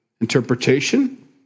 interpretation